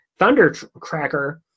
Thundercracker